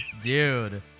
Dude